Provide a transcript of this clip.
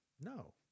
No